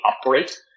operate